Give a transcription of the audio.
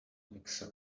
mixer